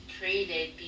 created